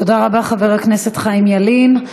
תודה רבה, חבר הכנסת חיים ילין.